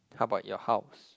how about your house